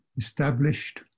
established